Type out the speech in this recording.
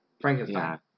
Frankenstein